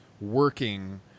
working